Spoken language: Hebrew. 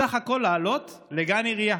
סך הכול לעלות לגן עירייה.